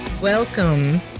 Welcome